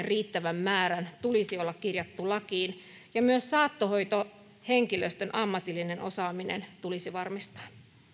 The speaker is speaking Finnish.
riittävän määrän tulisi olla kirjattuna lakiin ja myös saattohoitohenkilöstön ammatillinen osaaminen tulisi varmistaa